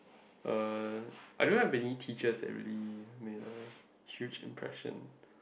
uh I don't have any teachers that really made a huge impression